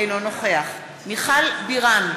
אינו נוכח מיכל בירן,